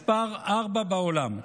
מס' 4 בעולם,